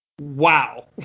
wow